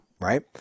right